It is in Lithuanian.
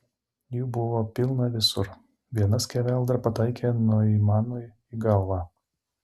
jų buvo pilna visur viena skeveldra pataikė noimanui į galvą